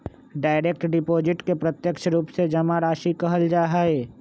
direct deposit के प्रत्यक्ष रूप से जमा राशि कहल जा हई